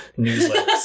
newsletters